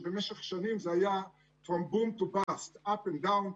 שבמשך שנים זה היה From boom to bust; up and down.